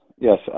Yes